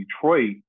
Detroit